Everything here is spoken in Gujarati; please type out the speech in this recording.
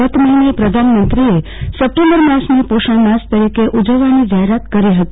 ગત મહિને પ્રધાનમંત્રીએ સપ્ટેમ્બર માસને પોષણ માસ તરીકે ઉજવવાની જાહેરાત કરી હતી